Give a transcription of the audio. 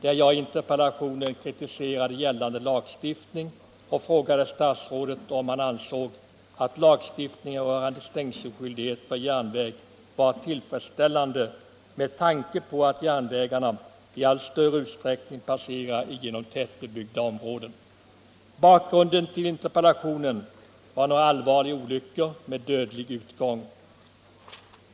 I interpellationen kritiserade jag gällande lagstiftning och frågade statsrådet om han ansåg att lagstiftningen rörande stängselskyldighet för järnväg var tillfredsställande med tanke på att järn vägarna i allt större utsträckning passerar genom tätbebyggda områden. Bakgrunden till interpellationen var några allvarliga olyckor med dödlig utgång.